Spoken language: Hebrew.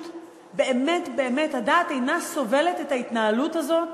באמת באמת הדעת אינה סובלת את ההתנהלות הזאת.